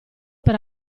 per